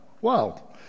Wow